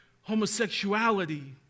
homosexuality